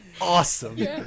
awesome